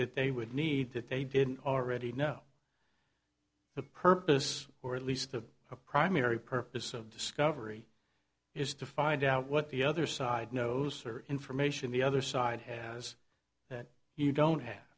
that they would need to pay didn't already know the purpose or at least the primary purpose of discovery is to find out what the other side knows or information the other side has that you don't